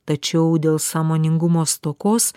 tačiau dėl sąmoningumo stokos